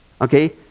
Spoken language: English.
Okay